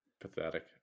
pathetic